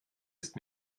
ist